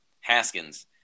Haskins